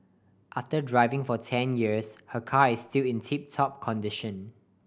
after driving for ten years her car is still in tip top condition